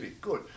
Good